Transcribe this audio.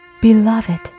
Beloved